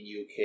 UK